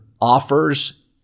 offers